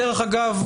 דרך אגב,